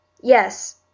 Yes